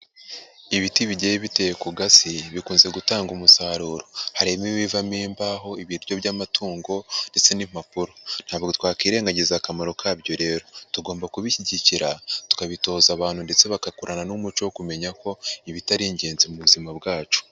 Ibiti bigiye biteye ku gasi, bikunze gutanga umusaruro. Harimo ibivamo imbaho, ibiryo by'amatungo ndetse n'impapuro. Ntabwo twakirerengagiza akamaro kabyo rero. Tugomba kubishyigikira tukabitoza abantu ndetse bagakurana n'umuco kumenya ko ibitari ingenzi mu buzima bwacu.